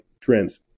trends